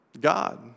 God